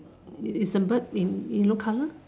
is the bird in in yellow colour